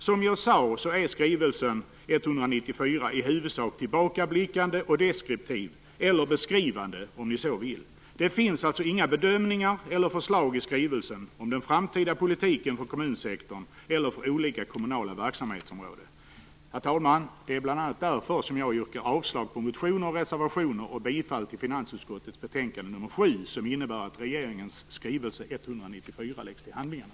Som jag sade är skrivelse 194 i huvudsak tillbakablickande och deskriptiv eller beskrivande, om ni så vill. Den innehåller alltså inga bedömningar eller förslag om den framtida politiken på kommunsektorn eller på olika kommunala verksamhetsområden. Herr talman! Det är bl.a. därför som jag yrkar avslag på motioner och reservationer och bifaller hemställan i finansutskottets betänkande FiU7, som innebär att regeringens skrivelse 1995/96:194 läggs till handlingarna.